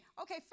Okay